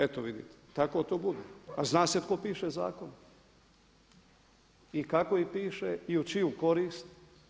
Eto vidite, tako to bude, a zna se tko piše zakone i kako ih piše i u čiju korist.